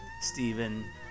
Stephen